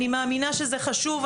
אני מאמינה שזה חשוב,